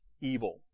evil